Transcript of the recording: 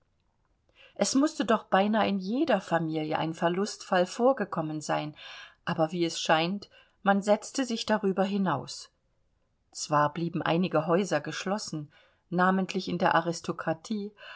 es mußte doch beinah in jeder familie ein verlustfall vorgekommen sein aber wie es scheint man setzte sich darüber hinaus zwar blieben einige häuser geschlossen namentlich in der aristokratie